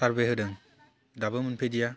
survey होदों दाबो मोनफैदिया